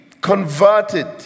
converted